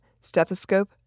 stethoscope